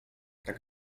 tak